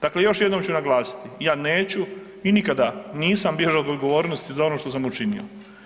Dakle, još jednom ću naglasiti, ja neću i nikada nisam bježao od odgovornosti od onog što sam učinio.